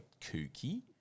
kooky